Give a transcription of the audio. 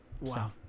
Wow